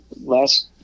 last